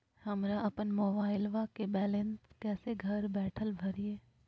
हमरा अपन मोबाइलबा के बैलेंस कैसे घर बैठल भरिए?